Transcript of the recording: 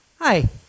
Hi